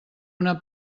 una